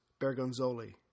Bergonzoli